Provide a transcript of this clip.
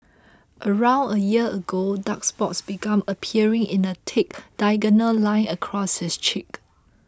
around a year ago dark spots began appearing in a thick diagonal line across his cheek